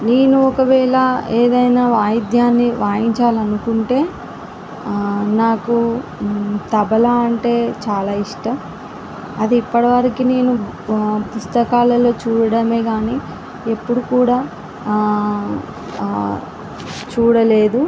నేను ఒకవేళ ఏదైనా వాయిద్యాన్ని వాయించాలి అనుకుంటే నాకు తబల అంటే చాలా ఇష్టం అది ఇప్పటి వరకు నేను పుస్తకాలలో చూడడం కానీ ఎప్పుడు కుడా చూడలేదు